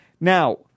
Now